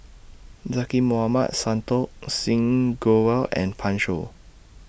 Zaqy Mohamad Santokh Singh Grewal and Pan Shou